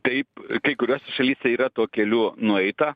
taip kai kuriose šalyse yra tuo keliu nueita